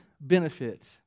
benefit